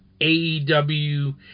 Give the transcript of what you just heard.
AEW